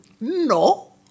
No